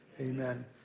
amen